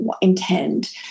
intend